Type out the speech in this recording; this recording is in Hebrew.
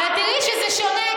ואת תראי שזה שונה.